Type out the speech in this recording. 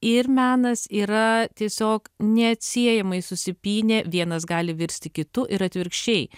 ir menas yra tiesiog neatsiejamai susipynė vienas gali virsti kitu ir atvirkščiai